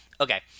okay